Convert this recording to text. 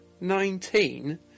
nineteen